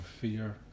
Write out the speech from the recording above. fear